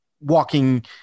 walking